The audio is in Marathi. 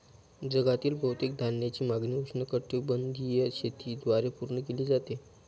जगातील बहुतेक धान्याची मागणी उष्णकटिबंधीय शेतीद्वारे पूर्ण केली जाते